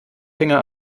finger